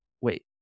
wait